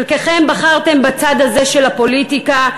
חלקכם בחרתם בצד הזה של הפוליטיקה,